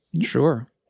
Sure